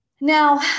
Now